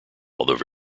although